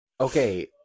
Okay